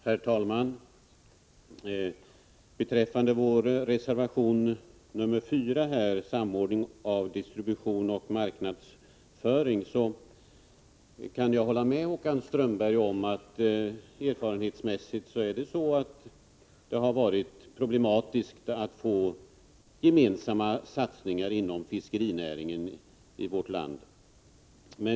Herr talman! Beträffande folkpartiets reservation 4 om samordning av distribution och marknadsföring kan jag hålla med Håkan Strömberg om att det har varit problematiskt att få till stånd gemensamma satsningar inom fiskerinäringen i vårt land.